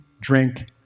drink